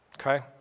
Okay